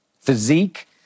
physique